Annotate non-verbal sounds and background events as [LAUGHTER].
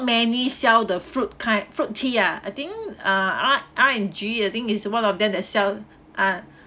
mainly sell the fruit kind fruit tea ah I think uh R&B I think is one of them that sell ah [BREATH]